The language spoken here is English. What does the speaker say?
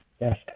Yes